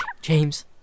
James